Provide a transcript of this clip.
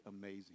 amazing